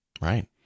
Right